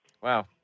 Wow